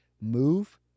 move